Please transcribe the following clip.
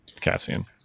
Cassian